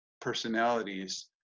personalities